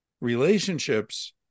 relationships